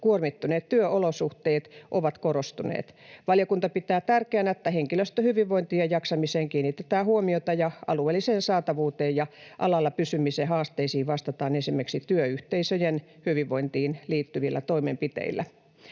kuormittuneet työolosuhteet ovat korostuneet. Valiokunta pitää tärkeänä, että henkilöstön hyvinvointiin ja jaksamiseen kiinnitetään huomiota ja alueelliseen saatavuuteen ja alalla pysymisen haasteisiin vastataan esimerkiksi työyhteisöjen hyvinvointiin liittyvillä toimenpiteillä.